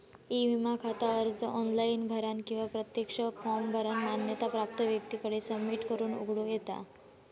E विमा खाता अर्ज ऑनलाइन भरानं किंवा प्रत्यक्ष फॉर्म भरानं मान्यता प्राप्त व्यक्तीकडे सबमिट करून उघडूक येता